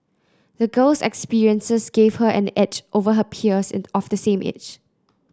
the girl's experiences gave her an edge over her peers of the same age